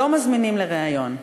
לא מזמינים לריאיון.